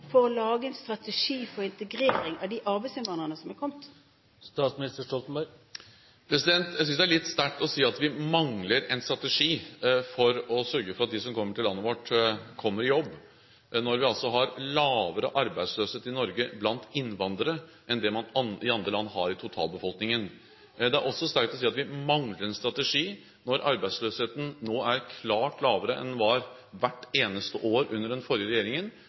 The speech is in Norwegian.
å lage en strategi for integrering av de arbeidsinnvandrerne som er kommet? Jeg synes det er litt sterkt å si at vi mangler en strategi for å sørge for at de som kommer til landet vårt, kommer i jobb, når vi har lavere arbeidsløshet i Norge blant innvandrere enn det man i andre land har i totalbefolkningen. Det er også sterkt å si at vi mangler en strategi når arbeidsløsheten nå er klart lavere enn den var hvert eneste år under den forrige regjeringen,